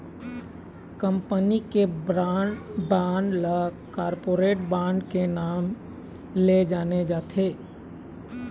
company के bond ल corporate bond के नांव ले जाने जाथे